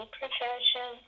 profession